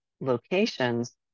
locations